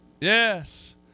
Yes